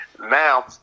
now